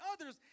others